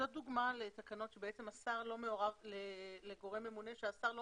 זו דוגמה לתקנות לגורם ממונה השר לא